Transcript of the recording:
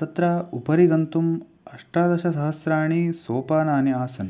तत्र उपरि गन्तुम् अष्टादशसहस्राणि सोपानानि आसन्